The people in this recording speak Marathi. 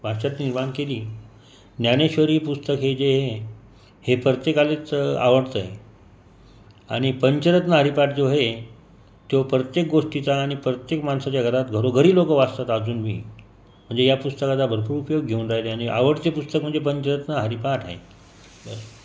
निर्माण केली ज्ञानेश्वरी पुस्तक हे जे हे हे प्रत्येकालाच आवडतंय आणि पंचरत्न हरिपाठ जो हे तो प्रत्येक गोष्टीचा आणि प्रत्येक माणसाच्या घरात घरोघरी लोक वाचतात अजूनबी म्हणजे या पुस्तकाचा भरपूर उपयोग घेऊन राहिले आणि आवडते पुस्तक म्हणजे पंचरत्न हरिपाठ आहे